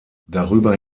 darüber